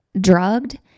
drugged